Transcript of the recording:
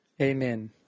Amen